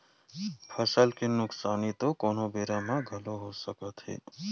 फसल के नुकसानी तो कोनो बेरा म घलोक हो सकत हे